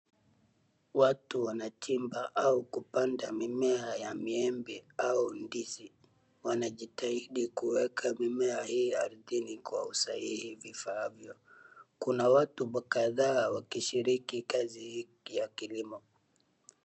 Watu wanachimba au kupanda mimea ya miembe au ndizi. Wanajitahidi kuweka mimea hii ardhini kwa usahihi vifaavyo. Kuna watu kadhaa wakishiriki kazi hii ya kilimo.